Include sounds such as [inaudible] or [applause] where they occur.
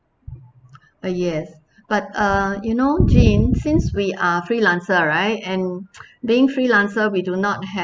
uh yes but uh you know jean since we are freelancer right and [noise] being freelancer we do not have